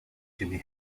jimi